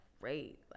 great